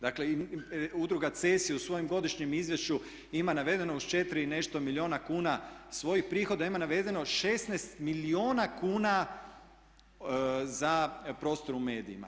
Dakle, Udruga "CESI" u svojem godišnjem izvješću ima navedeno uz 4 i nešto milijuna kuna svojih prihoda ima navedeno 16 milijuna kuna za prostor u medijima.